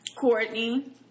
Courtney